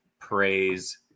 praise